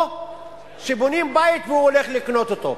או שבונים בית והוא הולך לקנות אותו,